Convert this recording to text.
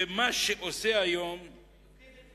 ומה שעושה היום, מלוכדת,